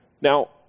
Now